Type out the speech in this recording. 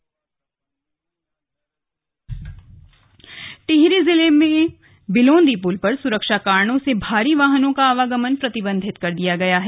पल में छेद टिहरी जिले में बिलोन्दी पूल पर सुरक्षा कारणों से भारी वाहनों का आवागमन प्रतिबन्धित कर दिया गया है